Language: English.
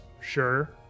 sure